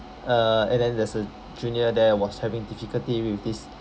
uh and then there's a junior there was having difficulty with this